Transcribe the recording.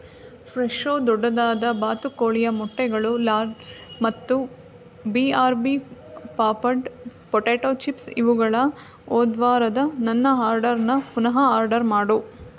Fresho ದೊಡ್ಡದಾದ ಬಾತುಕೋಳಿಯ ಮೊಟ್ಟೆಗಳು ಲಾರ್ಜ್ ಮತ್ತು B R B papad potato chips ಇವುಗಳ ಹೋದ್ವಾರದ ನನ್ನ ಆರ್ಡರನ್ನ ಪುನಃ ಆರ್ಡರ್ ಮಾಡು